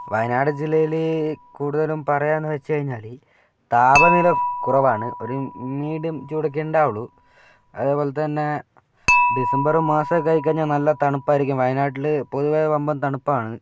വയനാട് ജില്ലയിൽ കൂടുതലും പറയാമെന്നു വച്ച് കഴിഞ്ഞാൽ താപനില കുറവാണ് ഒരു മീഡിയം ചൂടൊക്കെ ഉണ്ടാവുള്ളൂ അതേപോലെത്തന്നെ ഡിസംബർ മാസമൊക്കെ ആയിക്കഴിഞ്ഞാൽ നല്ല തണുപ്പായിരിക്കും വയനാട്ടിൽ പൊതുവേ വമ്പൻ തണുപ്പാണ്